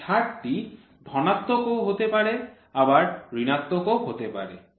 আর এই ছাড়টি ধনাত্মক ও হতে পারে আবার ঋণাত্মক ও হতে পারে